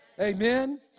Amen